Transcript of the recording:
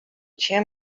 cheers